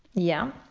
yeah.